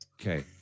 Okay